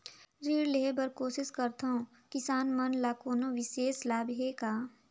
ऋण लेहे बर कोशिश करथवं, किसान मन ल कोनो विशेष लाभ हे का?